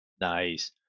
nice